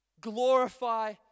glorify